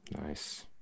Nice